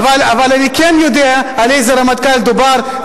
אבל אני כן יודע על איזה רמטכ"ל מדובר,